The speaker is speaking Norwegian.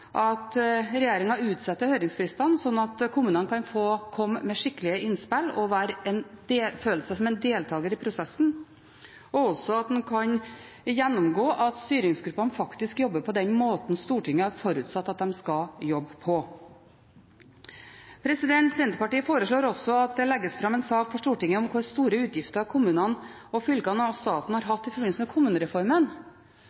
at regjeringen utsetter høringsfristene, slik at kommunene kan få komme med skikkelige innspill og føle seg som deltakere i prosessen, og også at en kan gjennomgå at styringsgruppene faktisk jobber på den måten Stortinget har forutsatt at de skal jobbe på. Senterpartiet foreslår også at det legges fram en sak for Stortinget om hvor store utgifter kommunene, fylkene og staten har